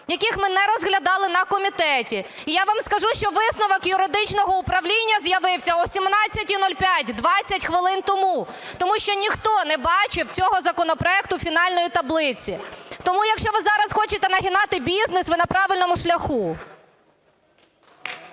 яких ми не розглядали на комітеті. І я вам скажу, що висновок юридичного управління з'явився о 17:05, 20 хвилин тому. Тому що ніхто не бачив цього законопроекту фінальної таблиці. Тому, якщо ви зараз хочете "нагинати" бізнес – ви на правильному шляху.